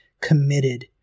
committed